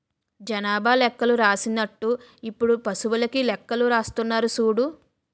జనాభా లెక్కలు రాసినట్టు ఇప్పుడు పశువులకీ లెక్కలు రాస్తున్నారు సూడు